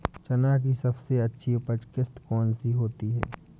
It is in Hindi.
चना की सबसे अच्छी उपज किश्त कौन सी होती है?